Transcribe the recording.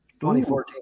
2014